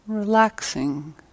relaxing